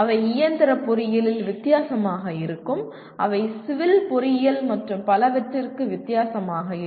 அவை இயந்திர பொறியியலில் வித்தியாசமாக இருக்கும் அவை சிவில் பொறியியல் மற்றும் பலவற்றுக்கு வித்தியாசமாக இருக்கும்